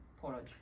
porridge